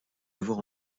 avoir